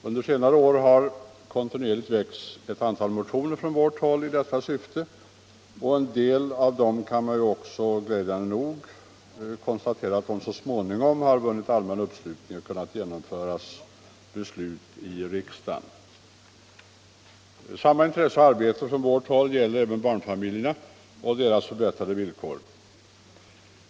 Under senare år har kontinuerligt väckts ett antal motioner från vårt håll i detta syfte, och glädjande nog kan man också konstatera att en del av dem så småningom vunnit allmän anslutning och kunnat leda till beslut i riksdagen. Samma intresse och arbete från vårt håll gäller även barnfamiljerna och deras förbättrade villkor.